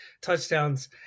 touchdowns